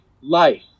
life